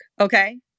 okay